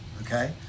okay